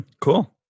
Cool